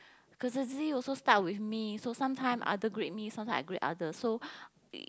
courtesy also start with me so sometime other greet me sometime I greet other so